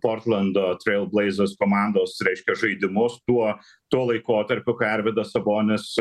portlando trail blazers komandos reiškia žaidimus tuo tuo laikotarpiu kai arvydas sabonis